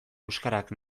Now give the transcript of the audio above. euskarak